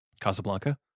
Casablanca